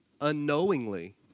unknowingly